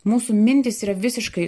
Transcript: mūsų mintys yra visiškai